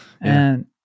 And-